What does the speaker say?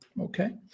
okay